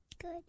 good